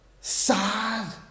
Sad